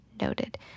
noted